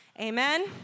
Amen